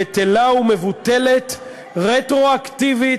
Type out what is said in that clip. בטלה ומבוטלת רטרואקטיבית,